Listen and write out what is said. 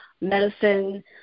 medicine